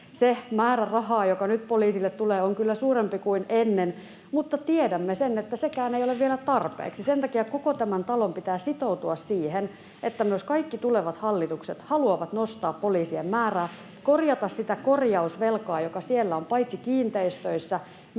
se määräraha, joka nyt poliisille tulee, on kyllä suurempi kuin ennen. Mutta tiedämme sen, että sekään ei ole vielä tarpeeksi. Sen takia koko tämän talon pitää sitoutua siihen, että myös kaikki tulevat hallitukset haluavat nostaa poliisien määrää, korjata sitä korjausvelkaa, joka siellä on paitsi kiinteistöissä